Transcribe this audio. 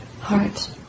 heart